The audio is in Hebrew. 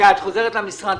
כשאת חוזרת למשרד,